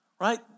right